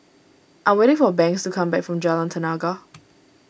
I'm waiting for Banks to come back from Jalan Tenaga